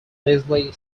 leslie